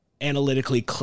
analytically